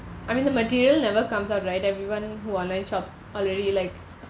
I mean the material never comes out right everyone who online shops are really like